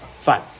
Fine